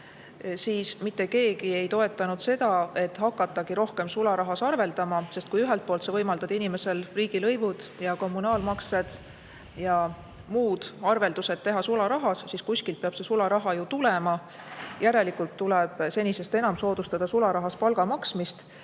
siis mitte keegi ei toetanud seda, et hakatagu rohkem sularahas arveldama. Sest kui sa ühelt poolt võimaldad inimesel riigilõivud, kommunaalmaksed ja muud arveldused teha sularahas, siis kuskilt peab see sularaha ju tulema. Järelikult tuleks senisest enam soodustada sularahas palga maksmist